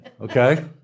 Okay